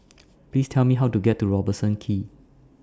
Please Tell Me How to get to Robertson Quay